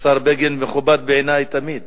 השר בגין מכובד בעיני תמיד,